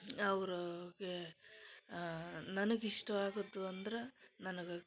ಅವ್ರೂಗೇ ನನಗ ಇಷ್ಟವಾಗುದ್ದು ಅಂದ್ರ ನನಗೆ